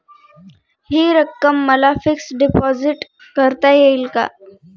हि रक्कम मला फिक्स डिपॉझिट करता येईल का?